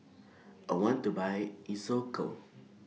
I want to Buy Isocal